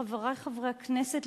חברי חברי הכנסת,